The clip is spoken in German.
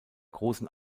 großen